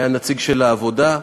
היה נציג של העבודה,